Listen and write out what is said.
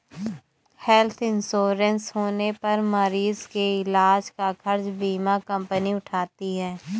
health insurance होने पर मरीज के इलाज का खर्च बीमा कंपनी उठाती है